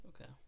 okay